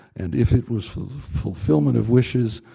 and if it was fulfillment of wishes,